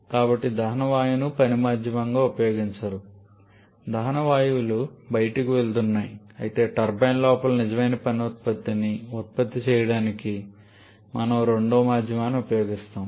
కాబట్టి దహన వాయువును పని మాధ్యమంగా ఉపయోగించరు దహన వాయువులు బయటకు వెళ్తున్నాయి అయితే టర్బైన్ లోపల నిజమైన పని ఉత్పత్తిని ఉత్పత్తి చేయడానికి మనము రెండవ మాధ్యమాన్ని ఉపయోగిస్తున్నాము